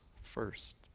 first